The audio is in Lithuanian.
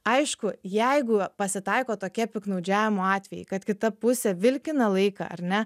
aišku jeigu pasitaiko tokie piktnaudžiavimo atvejai kad kita pusė vilkina laiką ar ne